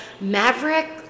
Maverick